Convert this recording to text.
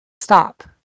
stop